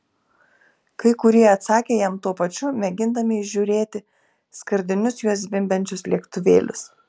kai kurie atsakė jam tuo pačiu mėgindami įžiūrėti skardinius juo zvimbiančius lėktuvėlius